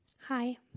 Hi